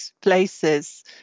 places